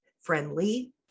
friendly